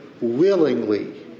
willingly